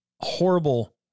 horrible